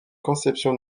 conception